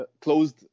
closed